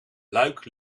luik